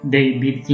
David